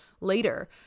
later